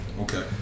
Okay